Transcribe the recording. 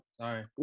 Sorry